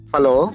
Hello